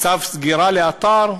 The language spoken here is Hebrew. צו סגירה לאתר,